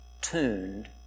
tuned